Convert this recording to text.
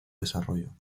desarrollo